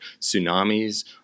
tsunamis